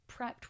prepped